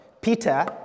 Peter